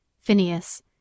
Phineas